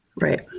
Right